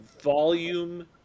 volume